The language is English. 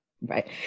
Right